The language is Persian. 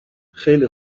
خیلی